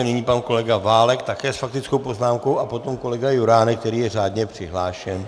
Nyní pan kolega Válek také s faktickou poznámkou a potom kolega Juránek, který je řádně přihlášen.